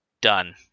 done